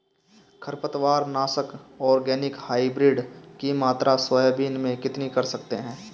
खरपतवार नाशक organic hybrid की मात्रा सोयाबीन में कितनी कर सकते हैं?